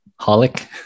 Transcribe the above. holic